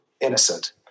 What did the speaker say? innocent